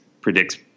predicts